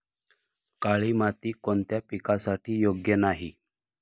काळी माती कोणत्या पिकासाठी योग्य नाही?